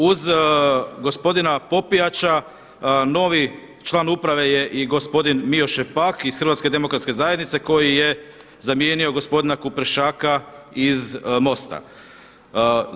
Uz gospodina Popijača novi član uprave i gospodin Mijo Šepak iz HDZ-a koji je zamijenio gospodina Kuprešaka iz MOST-a.